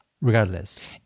Regardless